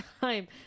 time